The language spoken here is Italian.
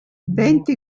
venti